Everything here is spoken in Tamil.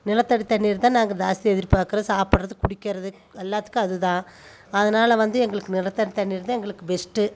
நிலத்தடி தண்ணி தான் நாங்கள் ஜாஸ்தி எதிர்பார்க்கறோம் சாப்புடுறது குடிக்கறது எல்லாத்துக்கும் அது தான் அதனால வந்து எங்களுக்கு நிலத்தடி தண்ணி தான் எங்களுக்கு பெஸ்ட்டு